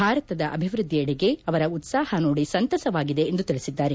ಭಾರತದ ಅಭಿವೃದ್ದಿಯೆಡೆಗೆ ಅವರ ಉತ್ಪಾಹ ನೋಡಿ ಸಂತಸವಾಗಿದೆ ಎಂದು ತಿಳಿಸಿದ್ದಾರೆ